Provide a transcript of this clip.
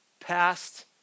past